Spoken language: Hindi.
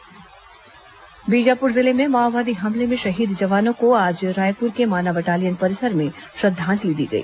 जवान श्रद्धांजलि बीजापुर जिले में माओवादी हमले में शहीद जवानों को आज रायपुर के माना बटालियन परिसर में श्रद्वांजलि दी गई